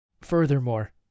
Furthermore